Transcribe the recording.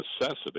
necessity